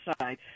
side